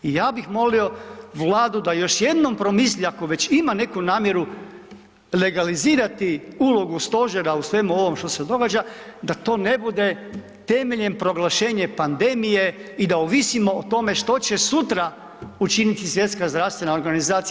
I ja bih molio Vladu da još jednom promisli ako već ima neku namjeru legalizirati ulogu stožera u svemu ovom što se događa, da to ne bude temeljem proglašenja pandemije i da ovisimo o tome što će sutra učiniti Svjetska zdravstvena organizacija.